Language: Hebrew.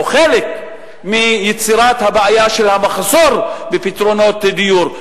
או שזה חלק מיצירת הבעיה של המחסור בפתרונות דיור.